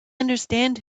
understand